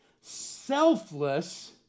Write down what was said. selfless